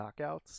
knockouts